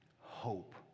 hope